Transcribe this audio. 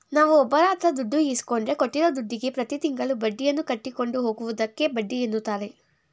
ನಾವುಒಬ್ಬರಹತ್ರದುಡ್ಡು ಇಸ್ಕೊಂಡ್ರೆ ಕೊಟ್ಟಿರೂದುಡ್ಡುಗೆ ಪ್ರತಿತಿಂಗಳು ಬಡ್ಡಿಯನ್ನುಕಟ್ಟಿಕೊಂಡು ಹೋಗುವುದಕ್ಕೆ ಬಡ್ಡಿಎನ್ನುತಾರೆ